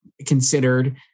Considered